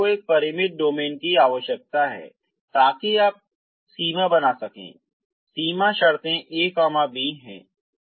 इसलिए आपको एक परिमित डोमेन की आवश्यकता है ताकि आप सीमा बना सकें सीमा शर्तें a b हैं